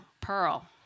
Pearl